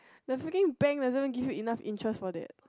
the freaking bank doesn't even give you enough interest for that